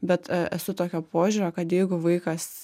bet esu tokio požiūrio kad jeigu vaikas